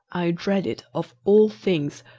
i dreaded, of all things,